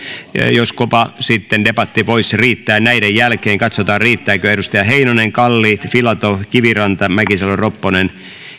joskopa sitten debatti voisi riittää näiden jälkeen katsotaan riittääkö edustajat heinonen kalli filatov kiviranta mäkisalo ropponen